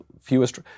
fewest